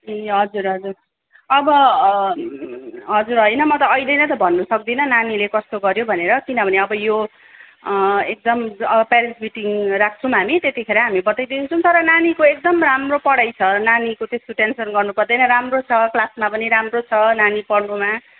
ए हजुर हजुर अब हजुर होइन म त अहिले नै त भन्नु सक्दिनँ नानीले कस्तो गर्यो भनेर किनभने अब यो एक्जाम प्यारेन्ट्स मिटिङ राख्छौँ हामी त्यतिखेर हामी बताइदिन्छौँ तर नानीको एकदम राम्रो पढाइ छ नानीको त्यस्तो टेन्सन गर्नुपर्दैन राम्रो छ क्लासमा पनि राम्रो छ नानी पढ्नुमा